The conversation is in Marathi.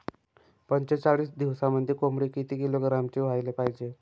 पंचेचाळीस दिवसामंदी कोंबडी किती किलोग्रॅमची व्हायले पाहीजे?